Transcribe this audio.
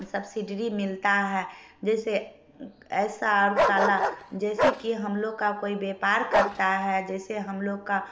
subsidiary मिलता है जैसे ऐसा और कला जैसे कि हम लोग का कोई व्यापार करता है जैसे हम लोग का